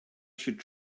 should